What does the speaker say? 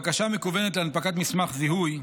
(בקשה מקוונת להנפקת מסמך זיהוי),